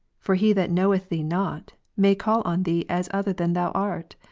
for he that knoweth thee not, may call on thee as other than thou art.